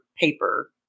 paper